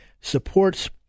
supports